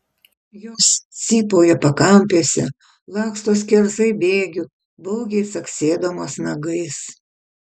jos cypauja pakampėse laksto skersai bėgių baugiai caksėdamos nagais